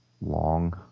long